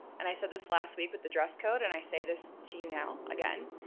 and i said this last week with the dress code and i say this to you now, again,